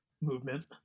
movement